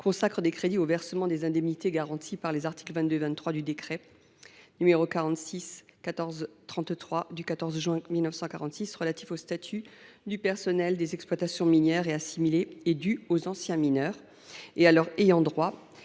consacre des crédits au versement des indemnités garanties par les articles 22 et 23 du décret du 14 juin 1946 relatif au statut du personnel des exploitations minières et assimilées, qui sont dues aux anciens mineurs et à leurs ayants droit,